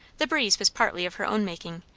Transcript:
the breeze was partly of her own making,